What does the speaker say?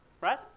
right